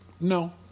No